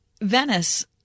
venice